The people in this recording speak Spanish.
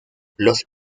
los